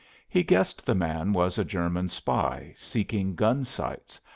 he guessed the man was a german spy seeking gun sites,